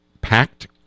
packed